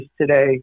today